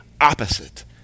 opposite